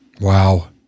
Wow